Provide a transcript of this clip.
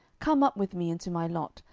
come up with me into my lot,